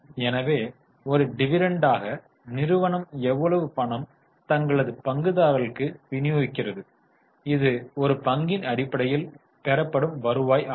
எனவே ஒரு டிவிடெண்டாக நிறுவனம் எவ்வளவு பணம் தங்களது பங்குதாரர்களுக்கு விநியோகிக்கிறது இது ஒரு பங்கின் அடிப்படையில் பெறப்படும் வருவாய் ஆகும்